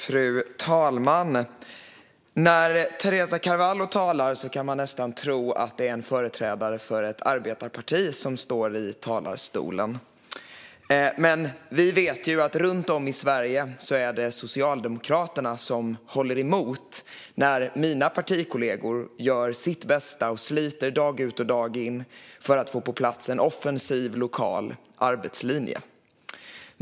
Fru talman! När Teresa Carvalho talar kan man nästan tro att det är en företrädare för ett arbetarparti som står i talarstolen. Men vi vet att det runt om i Sverige är Socialdemokraterna som håller emot när mina partikollegor gör sitt bästa och sliter dag ut och dag in för att få på plats en offensiv lokal arbetslinje. Fru talman!